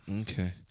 Okay